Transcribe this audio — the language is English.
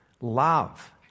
Love